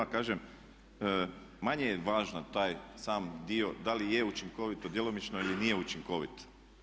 Kažem, manje je važan taj sam dio da li je učinkovito, djelomično ili nije učinkovito.